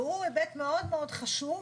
והוא היבט מאוד מאוד חשוב,